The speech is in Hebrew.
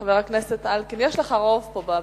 חבר הכנסת אלקין, יש לך רוב פה בבניין.